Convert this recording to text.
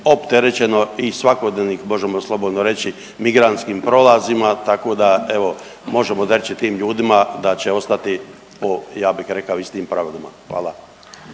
opterećeno i svakodnevnim, možemo slobodno reći, migrantskim prolazima, tako da evo možemo reći tim ljudima da će ostati po ja bih rekao po istim pravilima, hvala.